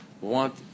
want